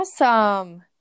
Awesome